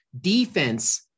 Defense